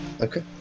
Okay